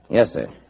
yes, sir.